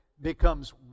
becomes